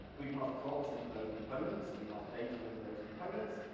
we pass props into those components, so we pass data into those components,